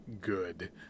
good